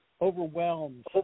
overwhelmed